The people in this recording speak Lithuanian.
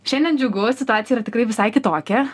šiandien džiugu situacija yra tikrai visai kitokia